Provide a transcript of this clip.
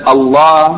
Allah